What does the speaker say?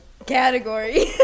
category